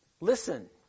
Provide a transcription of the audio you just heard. Listen